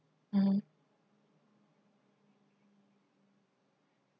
mmhmm